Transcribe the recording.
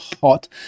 hot